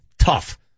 tough